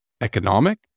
economic